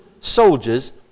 soldiers